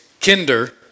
Kinder